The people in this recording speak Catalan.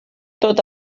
tot